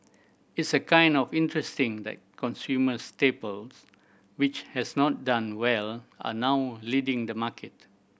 it's a kind of interesting that consumer staples which has not done well are now leading the market